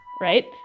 Right